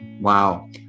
Wow